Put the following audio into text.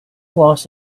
was